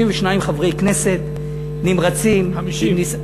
62 חברי כנסת נמרצים, 52,